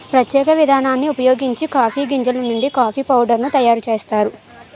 ప్రత్యేక విధానాన్ని ఉపయోగించి కాఫీ గింజలు నుండి కాఫీ పౌడర్ ను తయారు చేస్తారు